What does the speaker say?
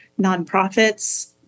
nonprofits